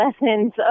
lessons